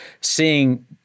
Seeing